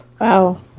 Wow